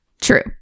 True